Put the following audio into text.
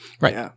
right